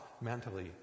mentally